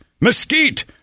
mesquite